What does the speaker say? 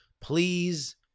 please